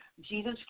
Jesus